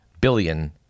billion